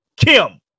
Kim